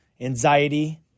anxiety